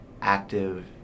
active